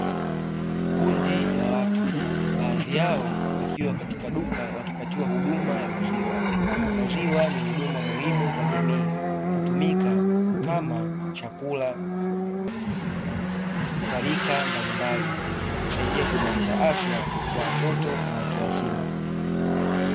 Kundi la watu baadhi yao wakiwa katika duka wakipatiwa huduma ya maziwa. Maziwa ni huduma muhimu kwa jamii. Hutumika kama chakula kwa rika mbalimbali , husaidia kuimalisha afya kwa watoto na watu wazima.